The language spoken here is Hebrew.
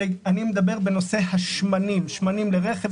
ואני מדבר בנושא של שמני הרכב,